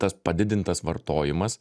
tas padidintas vartojimas